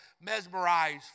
mesmerized